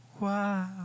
wow